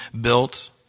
built